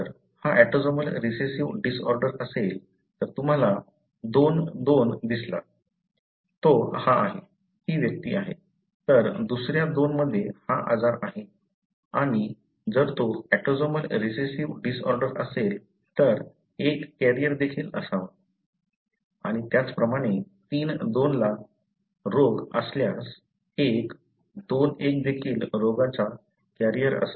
जर हा autosomal recessive disorder असेल तर तुम्हाला II 2 दिसला तो हा आहे ही व्यक्ती आहे तर दुसऱ्या 2 मध्ये हा आजार आहे आणि जर तो ऑटोसोमल रिसेसिव्ह डिसऑर्डर असेल तर 1 कॅरियर देखील असावा आणि त्याचप्रमाणे III 2 ला रोग असल्यास 1 II 1 देखील रोगाचा कॅरियर असावा